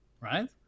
right